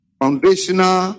foundational